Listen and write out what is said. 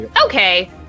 Okay